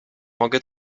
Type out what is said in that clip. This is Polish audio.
mogę